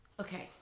Okay